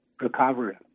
recovery